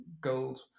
gold